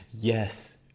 yes